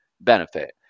benefit